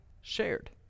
shared